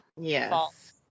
Yes